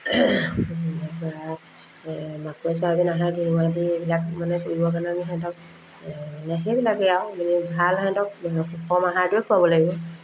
তাৰপৰা মাকৈ চয়াবিন আহাৰ দি মেলি এইবিলাক মানে কৰিবৰ কাৰণে আমি সিহঁতক এনে সেইবিলাকেই আৰু মানে ভাল সিহঁতক সুষম আহাৰটোৱে খুৱাব লাগিব